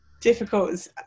difficult